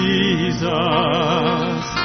Jesus